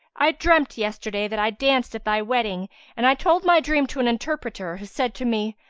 i dreamt yesterday that i danced at thy wedding and i told my dream to an interpreter who said to me,